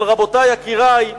אבל, רבותי, יקירי,